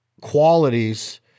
qualities